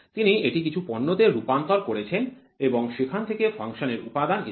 তিনি এটি কিছু পণ্য তে রূপান্তর করেছেন এবং সেখানে থেকে ফাংশনের উপাদান এসেছে